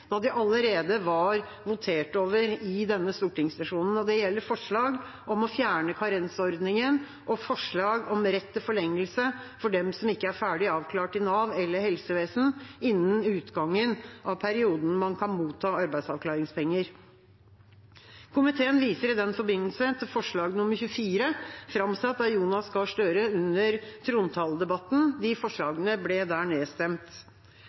da de allerede var votert over i denne stortingssesjonen. Det gjelder forslag om å fjerne karensordningen og forslag om rett til forlengelse for dem som ikke er ferdig avklart i Nav eller helsevesen innen utgangen av perioden da man kan motta arbeidsavklaringspenger. Komiteen viser i den forbindelse til forslag nr. 24, framsatt av Jonas Gahr Støre under trontaledebatten. De forslagene ble der nedstemt.